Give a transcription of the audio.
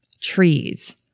trees